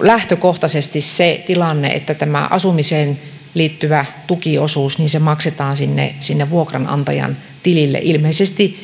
lähtökohtaisesti se tilanne että asumiseen liittyvä tukiosuus maksetaan vuokranantajan tilille ilmeisesti